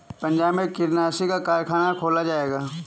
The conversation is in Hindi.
पंजाब में कीटनाशी का कारख़ाना खोला जाएगा